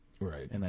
Right